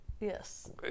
Yes